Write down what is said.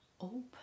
open